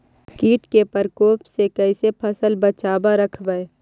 कीट के परकोप से कैसे फसल बचाब रखबय?